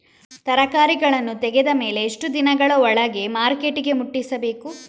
ತರಕಾರಿಗಳನ್ನು ತೆಗೆದ ಮೇಲೆ ಎಷ್ಟು ದಿನಗಳ ಒಳಗೆ ಮಾರ್ಕೆಟಿಗೆ ಮುಟ್ಟಿಸಬೇಕು?